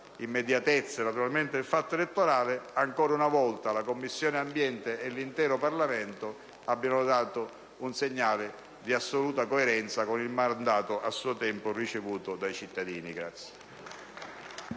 nonostante la vicinanza delle elezioni, ancora una volta la Commissione ambiente e l'intero Parlamento abbiano dato un segnale di assoluta coerenza con il mandato a suo tempo ricevuto dai cittadini.